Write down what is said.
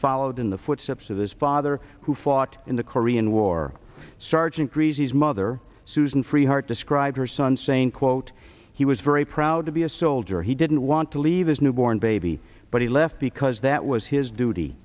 followed in the footsteps of his father who fought in the korean war sergeant crees mother susan free heart described her son saying quote he was very proud to be a soldier he didn't want to leave his newborn baby but he left because that was his duty